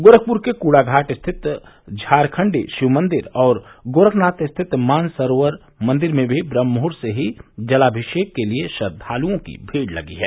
गोरखपुर के कूज़घाट स्थित झारखंडी शिव मंदिर और गोरखनाथ स्थित मानसरोवर मंदिर में भी ब्रह्ममुहूर्त से ही जलामिषेक के लिए श्रद्वालुओं की भीड़ लगी है